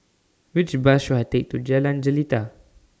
Which Bus should I Take to Jalan Jelita